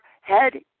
head